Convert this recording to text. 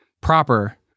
proper